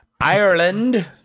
Ireland